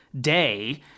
day